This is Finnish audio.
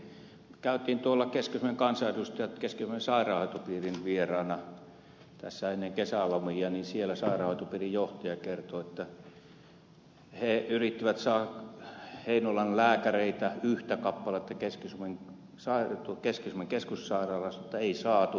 me keski suomen kansanedustajat kävimme keski suomen sairaanhoitopiirin vieraana ennen kesälomia ja siellä sairaanhoitopiirin johtaja kertoi että he yrittivät saada yhtä heinolan lääkäreistä keski suomen keskussairaalaan mutta ei saatu helsinkiin he tulivat